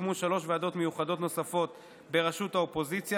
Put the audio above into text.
הוקמו שלוש ועדות מיוחדות נוספות בראשות האופוזיציה